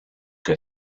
que